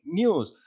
news